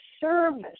service